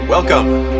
Welcome